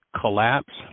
collapse